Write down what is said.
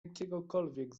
jakiegokolwiek